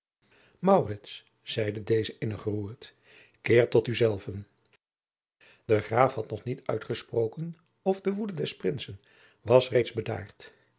zeide deze innig geroerd keer tot u zelven de graaf had nog niet uitgesproken of de woede des princen was reeds bedaard